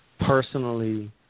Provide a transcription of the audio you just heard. personally